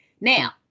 Now